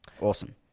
Awesome